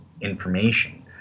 information